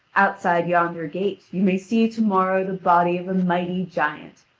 outside yonder gate you may see to-morrow the body of a mighty giant,